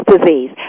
disease